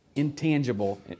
intangible